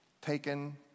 taken